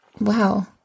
Wow